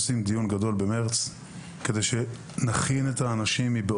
גדול במרץ כדי שנכין את האנשים,